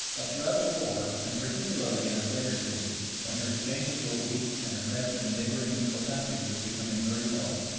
but throughout the war and particularly in its later stages, when her exchanges were weak and her credit in the neighboring neutral countries was becoming very low,